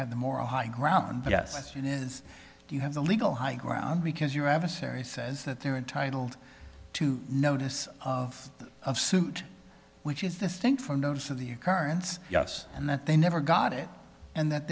have the moral high ground yes it is you have the legal high ground because your adversary says that they are entitled to notice of suit which is the thing for notice of the occurrence yes and that they never got it and that